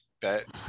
bet